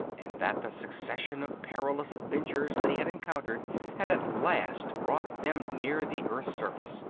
and that the succession of perilous adventures they had encountered had at last brought them near the earth's surface,